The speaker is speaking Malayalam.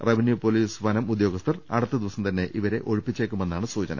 റവന്യൂ പൊലീസ് വനം ഉദ്യോഗസ്ഥർ അടുത്തദിവസം തന്നെ ഇവരെ ഒഴിപ്പിച്ചേക്കുമെന്നാണ് സൂചന